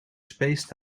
spaced